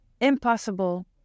impossible